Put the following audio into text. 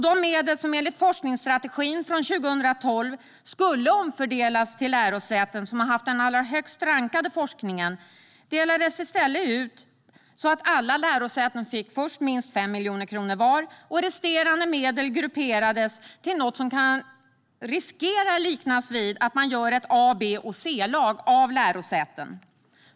De medel som enligt forskningsstrategin från 2012 skulle omfördelas till lärosäten som har haft den högst rankade forskningen delades i stället ut så att alla lärosäten fick minst 5 miljoner var, och resterande medel grupperades till något som riskerar att liknas vid att man gör A-, B och C-lag av lärosäten.